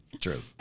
true